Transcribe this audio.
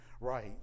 right